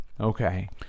Okay